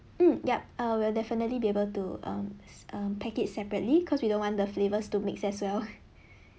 mm yup err we'll definitely be able to um err packet separately because we don't want the flavors to mix as well